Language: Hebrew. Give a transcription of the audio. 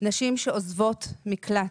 נשים שעוזבות מקלט,